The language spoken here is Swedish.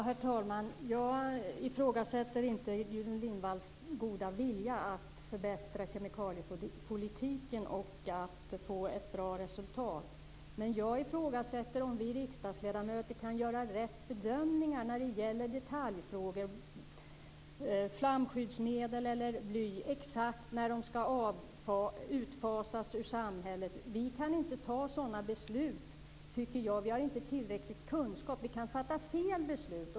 Herr talman! Jag ifrågasätter inte Gudrun Lindvalls goda vilja att förbättra kemikaliepolitiken och att få ett bra resultat. Men jag ifrågasätter om vi riksdagsledamöter kan göra rätt bedömningar när det gäller detaljfrågor såsom flamskyddsmedel eller bly, och exakt när de ska utfasas ur samhället. Vi kan inte fatta sådana beslut, tycker jag. Vi har inte tillräcklig kunskap. Vi kan fatta fel beslut.